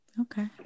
Okay